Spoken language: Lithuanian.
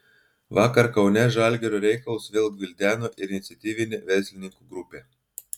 vakar kaune žalgirio reikalus vėl gvildeno ir iniciatyvinė verslininkų grupė